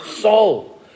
soul